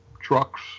trucks